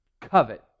covet